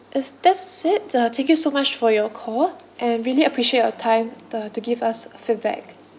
if that's it the thank you so much for your call and really appreciate your time t~ to give us feedback